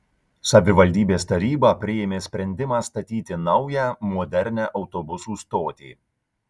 savivaldybės taryba priėmė sprendimą statyti naują modernią autobusų stotį